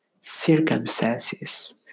Circumstances